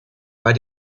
bei